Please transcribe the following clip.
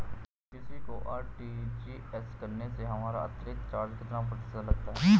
किसी को आर.टी.जी.एस करने से हमारा अतिरिक्त चार्ज कितने प्रतिशत लगता है?